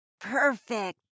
Perfect